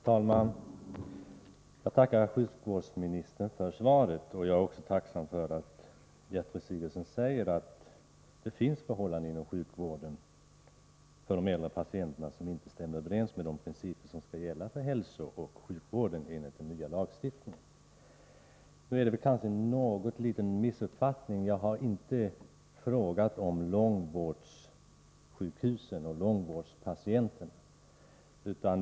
Herr talman! Jag tackar sjukvårdsministern för svaret. Jag är också tacksam för att Gertrud Sigurdsen säger att det finns förhållanden inom sjukvården för de äldre patienterna som inte stämmer överens med de principer som enligt den nya lagstiftningen skall gälla för sjukvården. Det föreligger kanske en liten missuppfattning — jag har inte frågat om långvårdssjukhusen och långvårdspatienterna.